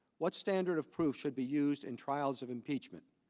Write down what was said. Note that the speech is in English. what standard of proof should be used in trials of impeachment?